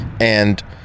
and-